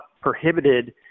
prohibited